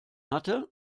hatte